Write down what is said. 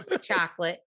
chocolate